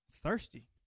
thirsty